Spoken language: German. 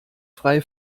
frei